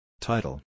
Title